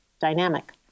dynamic